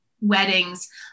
weddings